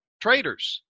traders